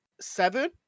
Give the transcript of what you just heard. seven